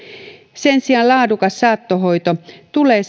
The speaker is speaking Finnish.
sen sijaan laadukas saattohoito tulee